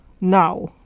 Now